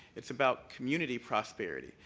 it's about community prosperity,